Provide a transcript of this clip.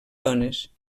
dones